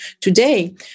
today